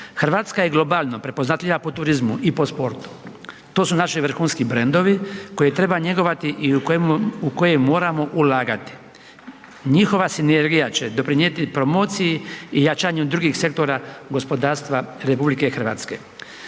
Hrvatska je globalno prepoznatljiva po turizmu i po sportu. To su naši vrhunski brandovi koje treba njegovati i u koje moramo ulagati. Njihova sinergija će doprinijeti promociji i jačanju drugih sektora gospodarstva RH. Te su